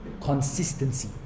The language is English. Consistency